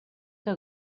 que